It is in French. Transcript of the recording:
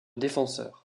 défenseur